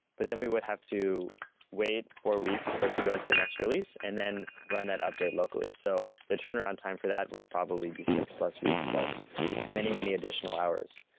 but then we would have to wait for weeks for it to go into the next release and then run that update locally. so the turnaround time for that would probably be six plus weeks, plus many, many additional hours.